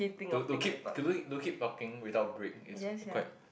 to to keep to keep to keep talking without break is quite